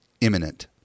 imminent